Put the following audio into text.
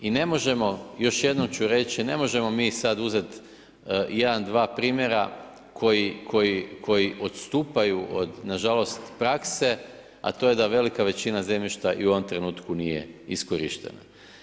I ne možemo, još jednom ću reći, ne možemo sad mi uzeti 1-2 primjera koji odstupaju od nažalost, prakse, a to je da velika većina zemljišta i u ovom trenutku nije iskorištena.